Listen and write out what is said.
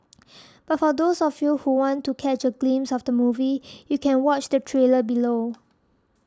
but for those of you who want to catch a glimpse of the movie you can watch the trailer below